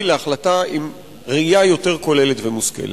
להחלטה עם ראייה יותר כוללת ומושכלת.